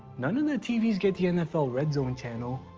none of the tvs get the nfl red zone channel.